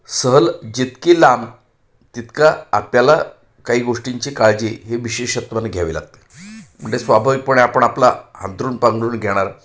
सहल जितकी लांब तितका आपल्याला काही गोष्टींची काळजी ही विशेषत्वाने घ्यावी लागते म्हणजे स्वाभाविकपणे आपण आपलं अंथरूण पांघरूण घेणार